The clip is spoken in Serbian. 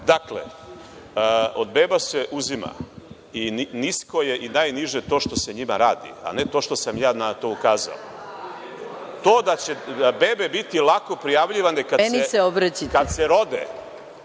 Dakle, od beba se uzima, i nisko je i najniže to što se njima radi, a ne to što sam ja na to ukazao. To da će bebe biti lako prijavljivane kada se rode…